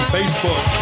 Facebook